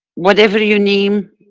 whatever you name.